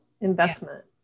investment